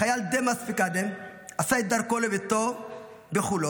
החייל דמאס פיקאדה עשה את דרכו לביתו בחולון.